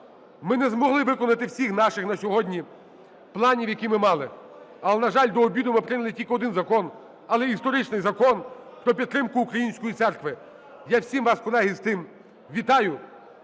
Ми не змогли виконати всіх наших на сьогодні планів, які ми мали. Але, на жаль, до обіду ми прийняли тільки один закон, але історичний Закон про підтримку Української Церкви. Я всіх вас із тим, колеги, вітаю.